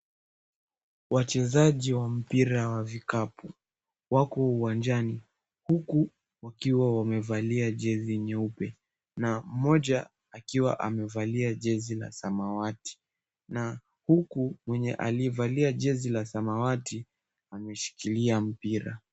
Wachezaji wa mpira wa vikapu, wako uwanjani, huku wakiwa wamevalia jezi nyeupe na mmoja akiwa amevalia jezi la samawati na huku mwenye aliyevalia jezi la samawati ameshikilia mpira.